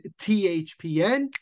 THPN